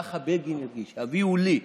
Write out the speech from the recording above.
ככה בגין הרגיש, "הביאו לי".